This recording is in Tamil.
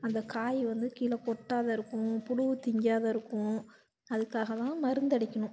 அந்த காய் வந்து கீழே கொட்டாத இருக்கும் புழுவு தின்காத இருக்கும் அதுக்காக தான் மருந்தடிக்கணும்